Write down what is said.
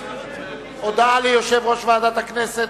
הודעה ליושב-ראש ועדת הכנסת.